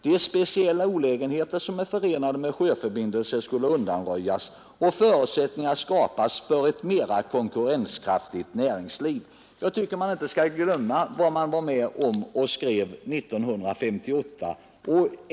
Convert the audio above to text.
De speciella olägenheter, som är förenade med sjöförbindelserna, skulle undanröjas, och förutsättningar skapas för ett mera konkurrenskraftigt näringsliv.” Jag tycker inte att man skall glömma vad man var med om att skriva 1958.